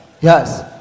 yes